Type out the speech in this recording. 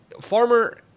farmer